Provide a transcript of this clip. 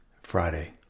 Friday